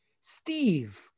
Steve